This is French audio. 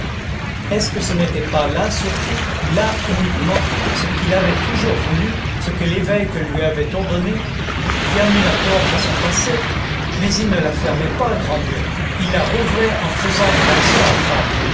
est-ce que ce n'était pas là surtout là uniquement ce qu'il avait toujours voulu ce que l'évêque lui avait ordonné fermer la porte à son passé mais il ne la fermait pas grand dieu il la rouvrait en faisant une action